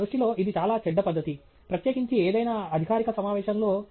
నా దృష్టిలో ఇది చాలా చెడ్డ పద్ధతి ప్రత్యేకించి ఏదైనా అధికారిక సమావేశంలో